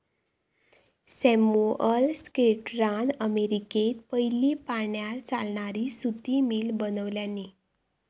Samuel स्लेटरान अमेरिकेत पयली पाण्यार चालणारी सुती मिल बनवल्यानी